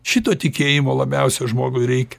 šito tikėjimo labiausia žmogui reikia